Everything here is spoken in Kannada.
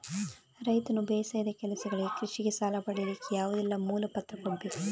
ರೈತನು ಬೇಸಾಯದ ಕೆಲಸಗಳಿಗೆ, ಕೃಷಿಗೆ ಸಾಲ ಪಡಿಲಿಕ್ಕೆ ಯಾವುದೆಲ್ಲ ಮೂಲ ಪತ್ರ ಕೊಡ್ಬೇಕು?